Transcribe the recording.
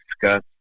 discuss